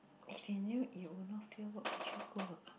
if you knew you would not fail what would you go